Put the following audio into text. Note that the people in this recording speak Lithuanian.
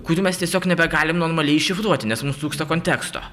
kurių mes tiesiog nebegalim normaliai iššifruoti nes mums trūksta konteksto